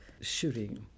shooting